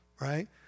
right